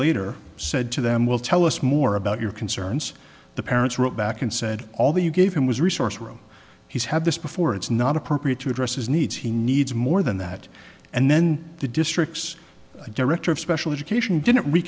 later said to them will tell us more about your concerns the parents wrote back and said all that you gave him was a resource room he's had this before it's not appropriate to address his needs he needs more than that and then the district's director of special education di